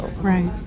Right